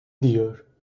dear